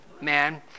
man